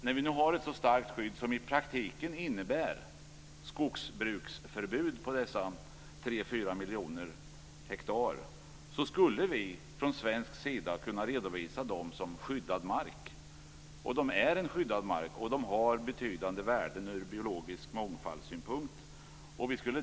Det finns nu ett så starkt skydd, som i praktiken innebär skogsbruksförbud på dessa 3-4 miljoner hektar, att vi från svensk sida skulle kunna redovisa dessa hektar som skyddad mark. Det är skyddad mark med betydande värde i fråga om biologisk mångfald.